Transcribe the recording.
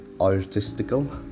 artistical